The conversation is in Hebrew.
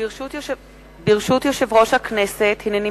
ברשות יושב-ראש הכנסת,